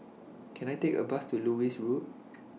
Can I Take A Bus to Lewis Road